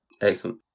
Excellent